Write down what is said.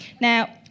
Now